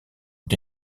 ont